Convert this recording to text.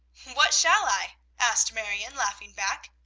what shall i? asked marion, laughing back.